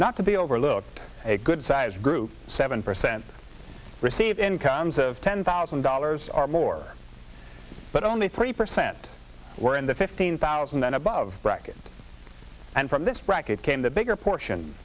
to be overlooked a good sized group seven percent receive incomes of ten thousand dollars or more but only three percent were in the fifteen thousand and above bracket and from this bracket came the bigger portion